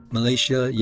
Malaysia